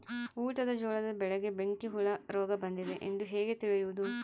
ಊಟದ ಜೋಳದ ಬೆಳೆಗೆ ಬೆಂಕಿ ಹುಳ ರೋಗ ಬಂದಿದೆ ಎಂದು ಹೇಗೆ ತಿಳಿಯುವುದು?